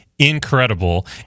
incredible